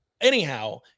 anyhow